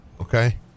Okay